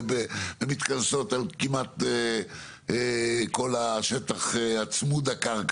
ומתכנסות על כמעט כל השטח צמוד הקרקע,